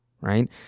right